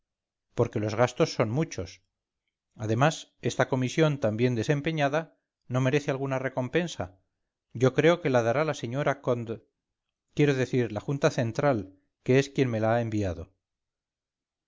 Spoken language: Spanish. porque los gastos son muchos además esta comisión tan bien desempeñada no merece alguna recompensa yo creo que la dará la señora cond quiero decir la junta central que es quien me la ha enviado